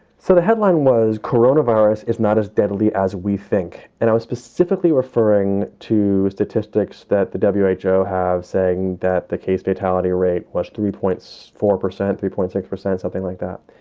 so the headline was coronavirus is not as deadly as we think. and i was specifically referring to statistics that the w h o. have saying that the case fatality rate was three points, four percent, three point six percent, something like that.